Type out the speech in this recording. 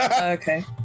Okay